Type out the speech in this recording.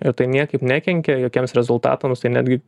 ir tai niekaip nekenkia jokiems rezultatams tai netgi